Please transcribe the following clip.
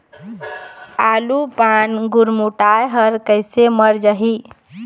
आलू पान गुरमुटाए हर कइसे मर जाही?